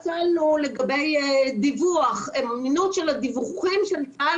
אז שאלנו לגבי דיווח, אמינות של הדיווחים של צה"ל.